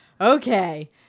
Okay